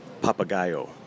Papagayo